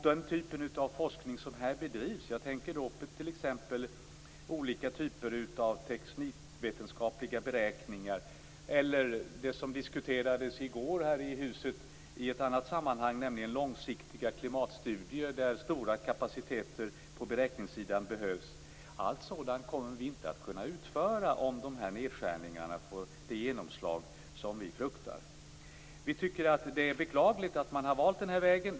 Den typ av forskning som bedrivs här - jag tänker t.ex. på olika typer av teknikvetenskapliga beräkningar eller det som diskuterades i går här i huset i ett annat sammanhang, nämligen långsiktiga klimatstudier, där stora kapaciteter på beräkningssidan behövs - kommer vi inte att kunna utföra om de här nedskärningarna får det genomslag som vi fruktar. Vi tycker att det är beklagligt att man har valt den här vägen.